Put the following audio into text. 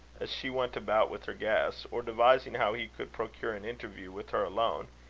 as she went about with her guests, or devising how he could procure an interview with her alone,